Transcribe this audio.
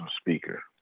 speaker